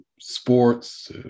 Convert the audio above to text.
sports